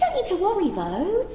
don't need to worry, though.